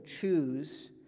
choose